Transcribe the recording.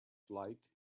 flight